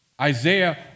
Isaiah